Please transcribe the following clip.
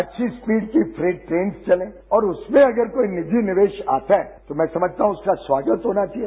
अच्छी स्पीड की ट्रेन चले और उसमें अगर कोई निजी निवेश आता है तो मैं समझता हूं उसका स्वागत होना चाहिए